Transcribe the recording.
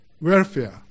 welfare